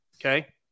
Okay